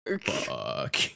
Fuck